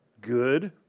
good